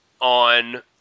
on